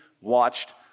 watched